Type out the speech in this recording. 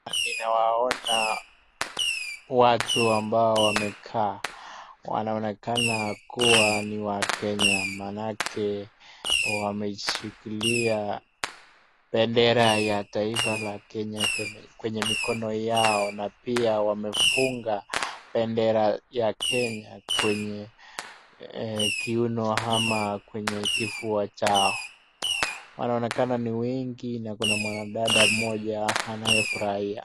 Ninawaona watu ambo wamekaa. Kwa kuwa ni wakenya maanake wameshikilia bendera ya taifa la Kenya kwenye mikoni yao na pia wamefunga bendera ya Kenya kwenye kiuno au kwenye kifua chao. Wanaonekana ni wengi na kuna nwanadada mmoja anayefurahia.